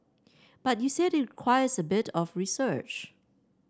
but you said it requires a bit of research